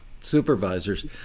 Supervisors